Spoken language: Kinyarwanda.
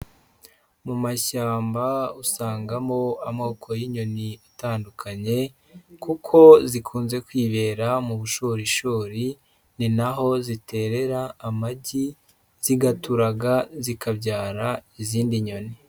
Mu mashyamba usangamo amoko y'inyoni atandukanye kuko zikunze kwibera mu bushorishori ni naho ziterera amagi, zigaturaga zikabyara izindi nyoni.